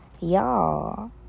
Y'all